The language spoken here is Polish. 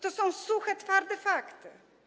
To są suche, twarde fakty.